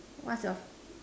what's your